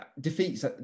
defeats